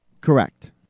Correct